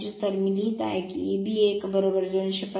तर मी लिहीत आहे की हे Eb 1 215